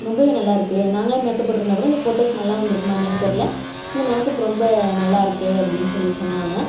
ரொம்பவே நல்லாயிருக்கு நாங்களாக மேக்கப் போட்டிருந்தா கூட இந்த ஃபோட்டோஸ் நல்லா வந்திருக்குமா என்னென்னு தெரில இந்த மேக்கப் ரொம்ப நல்லாயிருக்கு அப்படின்னு சொல்லி சொன்னாங்க